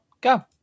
go